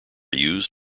used